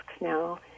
now